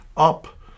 up